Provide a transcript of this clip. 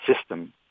system